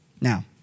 Now